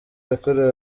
yakorewe